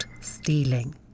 stealing